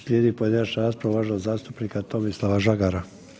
Slijedi pojedinačna rasprava uvaženog zastupnika Tomislava Žagara.